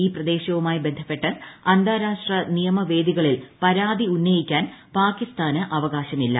ഈ പ്രദേശവുമായി ബന്ധപ്പെട്ട് അന്താരാഷ്ട്ര നിയമവേദികളിൽ പരാതി ഉന്നയിക്കാൻ പാക്കിസ്ഥാന് അവകാശമില്ല